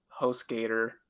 HostGator